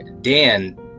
Dan